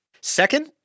Second